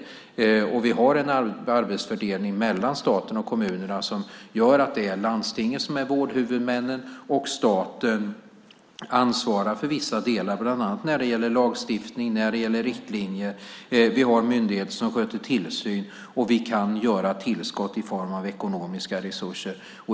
Vi har en arbetsfördelning mellan staten och kommunerna som gör att det är landstingen som är vårdhuvudmännen. Staten ansvarar för vissa delar, bland annat när det gäller lagstiftning och riktlinjer. Vi har myndigheter som sköter tillsynen. Vi kan ge tillskott i form av ekonomiska resurser.